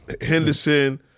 Henderson